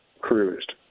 cruised